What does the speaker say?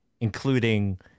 including